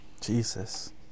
Jesus